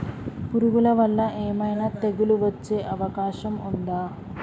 పురుగుల వల్ల ఏమైనా తెగులు వచ్చే అవకాశం ఉందా?